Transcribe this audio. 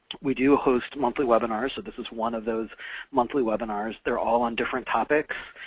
we do host monthly webinars, so this is one of those monthly webinars. they're all on different topics.